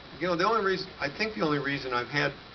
you know the only reason. i think the only reason i've had